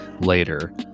later